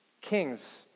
Kings